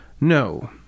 No